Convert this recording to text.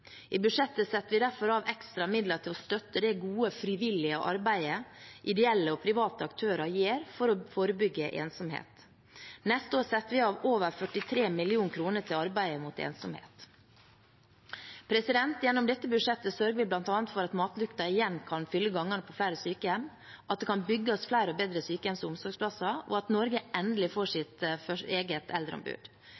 I budsjettet setter vi derfor av ekstra midler til å støtte det gode arbeidet frivillige, ideelle og private aktører gjør for å forebygge ensomhet. Neste år setter vi av over 43 mill. kr til arbeidet mot ensomhet. Gjennom dette budsjettet sørger vi bl.a. for at matlukta igjen kan fylle gangene på flere sykehjem, at det kan bygges flere og bedre sykehjems- og omsorgsplasser, og at Norge endelig får